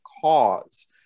cause